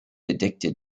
addicted